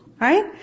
right